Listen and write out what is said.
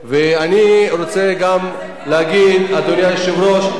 ואני רוצה גם להגיד, אדוני היושב-ראש,